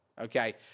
Okay